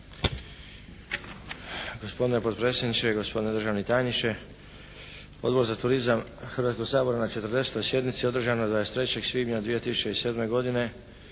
Gospodine potpredsjedniče i gospodine državni tajniče! Odbor za turizam Hrvatskog sabora na 40. sjednici održanoj 23. svibnja 2007. godine